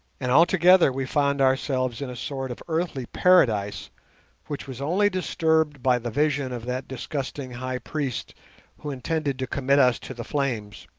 and altogether we found ourselves in a sort of earthly paradise which was only disturbed by the vision of that disgusting high priest who intended to commit us to the flames.